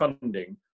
funding